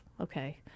okay